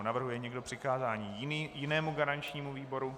Navrhuje někdo přikázání jinému garančnímu výboru?